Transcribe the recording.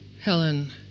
Helen